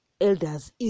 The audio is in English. elders